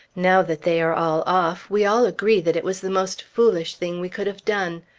now that they are all off, we all agree that it was the most foolish thing we could have done.